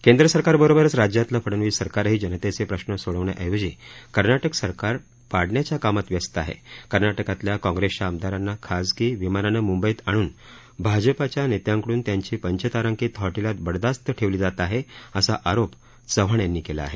केंद्र सरकारबरोबरच राज्यातलं फडनवीस सरकारही जनतेचे प्रश्न सोडवण्याऐवजी कर्नाटक सरकार पाडण्याच्या कामात व्यस्त आहे कर्नाटकातल्या काँग्रेसच्या आमदारांना खासगी विमानानं म्ंबईत आणून भाजपाच्या नेत्यांकडून त्यांची पंचतारांकीत हॉटेलात बडदास्त ठेवली जात आहे असा आरोप असं चव्हाण यांनी केला आहे